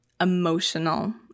emotional